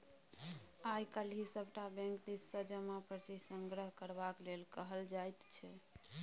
आय काल्हि सभटा बैंक दिससँ जमा पर्ची संग्रह करबाक लेल कहल जाइत छै